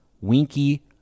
Winky